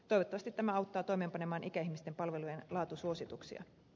toivottavasti tämä auttaa toimeenpanemaan ikäihmisten palvelujen laatusuosituksia